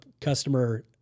customer